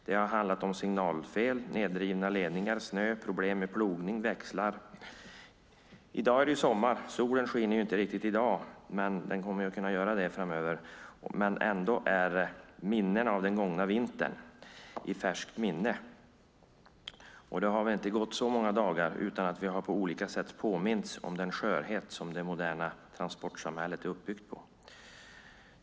Det har handlat om signalfel, nedrivna ledningar, snö, problem med plogning och växlar. I dag är det sommar, och även om solen inte skiner i dag kommer den att kunna göra det framöver, men ändå är den gångna vintern i färskt minne. Det har väl inte gått så många dagar utan att vi på olika sätt har påmints om den skörhet som det moderna transportsamhället är uppbyggt på.